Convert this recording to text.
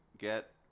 get